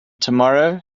tomorrow